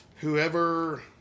Whoever